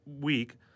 week